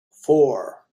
four